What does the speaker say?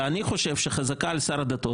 אני חושב שחזקה על שר הדתות,